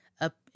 up